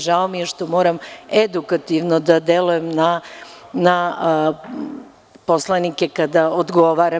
Žao mi je što moram edukativno da delujem na poslanike kada odgovaram.